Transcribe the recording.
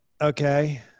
Okay